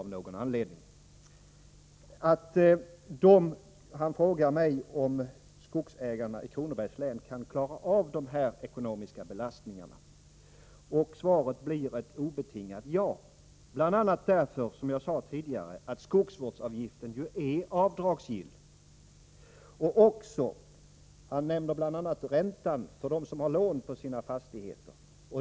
Bo Lundgren frågar mig om skogsägarna i Kronobergs län kan klara av ett antal, som han säger, ekonomiska belastningar. Svaret blir ett obetingat ja, bl.a. därför att, som jag sade tidigare, skogsvårdsavgiften ju är avdragsgill. Bo Lundgren nämner bl.a. räntan för dem som har lån på sina fastigheter.